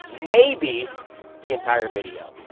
maybe the entire video.